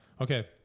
Okay